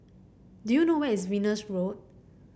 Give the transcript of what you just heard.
do you know where is Venus Road